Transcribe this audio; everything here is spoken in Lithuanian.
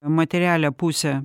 materialią pusę